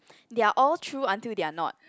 they're all true until they're not